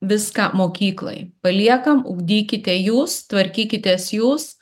viską mokyklai paliekam ugdykite jūs tvarkykitės jūs